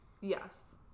Yes